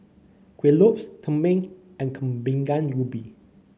Kueh Lopes tumpeng and Kueh Bingka Ubi